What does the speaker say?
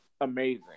amazing